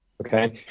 Okay